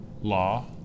law